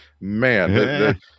Man